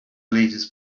leaders